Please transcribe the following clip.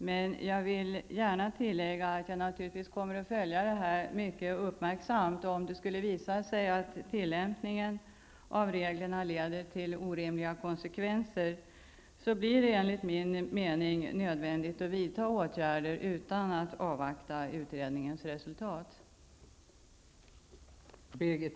Men jag vill gärna tillägga att jag kommer att följa det här mycket uppmärksamt. Om det skulle visa sig att tillämpningen av reglerna leder till orimliga konsekvenser, blir det enligt min mening nödvändigt att vidta åtgärder utan att avvakta utredningens resultat.